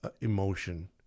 emotion